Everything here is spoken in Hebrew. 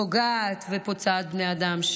פוגעת ופוצעת בני אדם.